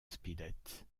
spilett